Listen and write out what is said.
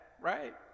right